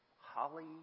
holly